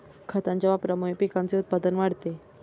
खतांच्या वापरामुळे पिकाचे उत्पादन वाढते